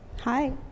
hi